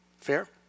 Fair